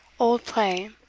old play.